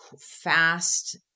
fast